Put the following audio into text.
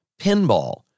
pinball